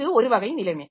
இது ஒரு வகை நிலைமை